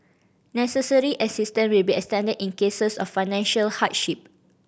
necessary assistance will be extended in cases of financial hardship